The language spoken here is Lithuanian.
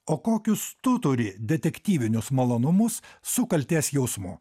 o kokius tu turi detektyvinius malonumus su kaltės jausmu